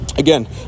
Again